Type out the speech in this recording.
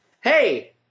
hey